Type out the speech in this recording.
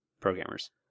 programmers